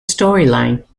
storyline